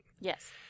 Yes